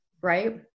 right